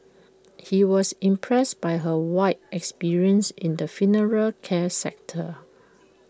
he was impressed by her wide experience in the funeral care sector